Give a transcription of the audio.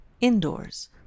indoors